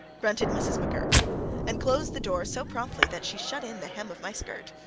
grunted mrs. mcgurk and closed the door so promptly that she shut in the hem of my skirt.